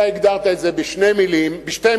אתה הגדרת את זה בשתי מלים,